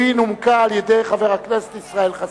והיא נומקה על-ידי חבר הכנסת ישראל חסון.